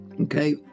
okay